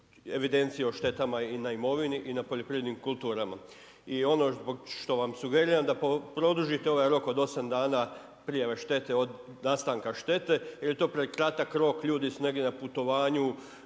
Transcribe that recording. evidenciju o štetama na imovini i na poljoprivrednim kulturama. I ono što vam sugeriram da produžite ovaj rok od 8 dana prijave štete od nastanka štete jer je to prekratak rok, ljudi su negdje na putovanju,